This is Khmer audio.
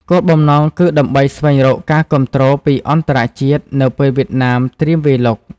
គោលបំណងគឺដើម្បីស្វែងរកការគាំទ្រពីអន្តរជាតិនៅពេលវៀតណាមត្រៀមវាយលុក។